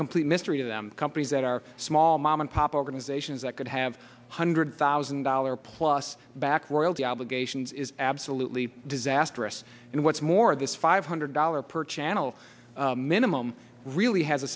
complete mystery to them companies that are small mom and pop organizations that could have a hundred thousand dollar plus back worldly obligations is absolutely disastrous and what's more this five hundred dollars per channel minimum really has a